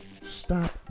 Stop